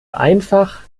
einfach